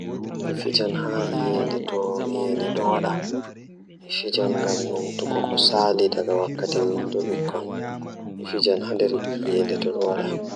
Mi waɗi faŋndi, kono mi faalintaake e nder ndiyam wuɗɗo. Nde mbaɗi laana, mi waɗi waawi yoni ko waɗa waɗi faamu njangol ngal.